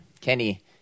Kenny